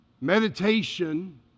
meditation